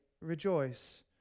Rejoice